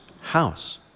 house